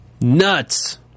nuts